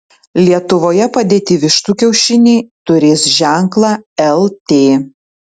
lietuvoje padėti vištų kiaušiniai turės ženklą lt